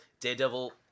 Daredevil